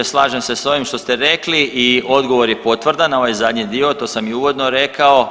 Slažem se s ovim što ste rekli i odgovor je potvrdan na ovaj zadnji dio, to sam i uvodno rekao.